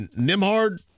Nimhard